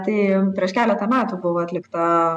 tai prieš keletą metų buvo atlikta